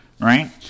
right